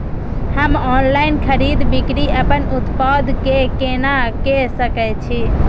हम ऑनलाइन खरीद बिक्री अपन उत्पाद के केना के सकै छी?